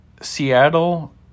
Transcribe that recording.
Seattle